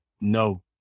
No